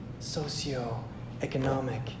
socioeconomic